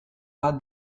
bat